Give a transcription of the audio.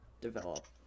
Develop